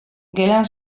gelan